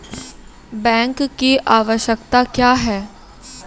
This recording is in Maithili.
बैंक की आवश्यकता क्या हैं?